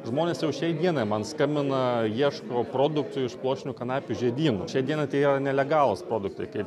žmonės jau šiai dienai man skambina ieško produktų iš pluoštinių kanapių žiedynų šiai dienai tai yra nelegalūs produktai kaip